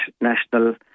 national